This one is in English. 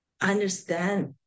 understand